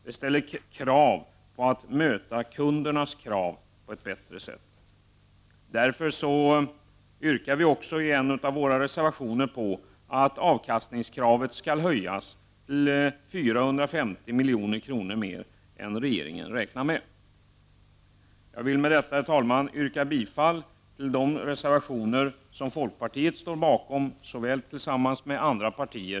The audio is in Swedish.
Det ställer krav på att möta kundernas krav på ett bättre sätt. Därför yrkar vi också i en av våra reservationer på att avkastningskravet skall höjas till 450 milj.kr. mer än regeringen räknar med. Jag vill med detta, herr talman, yrka bifall till de reservationer som folkpartiet står bakom, såväl ensamt som tillsammans med andra partier.